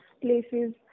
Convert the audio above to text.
places